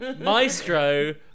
Maestro